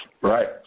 Right